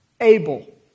Abel